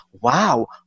wow